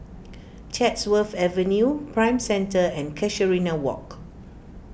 Chatsworth Avenue Prime Centre and Casuarina Walk